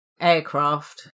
aircraft